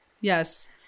Yes